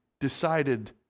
decided